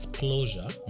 closure